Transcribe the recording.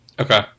Okay